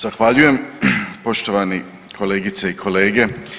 Zahvaljujem poštovane kolegice i kolege.